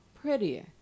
prettier